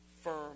firm